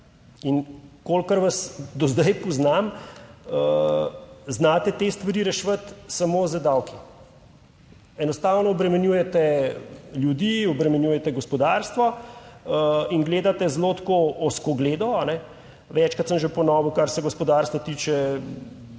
In kolikor vas do zdaj poznam, znate te stvari reševati samo z davki. Enostavno obremenjujete ljudi, obremenjujete gospodarstvo in gledate zelo tako ozkogledo. Večkrat sem že ponovil, kar se gospodarstva tiče,